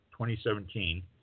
2017